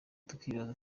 tukibaza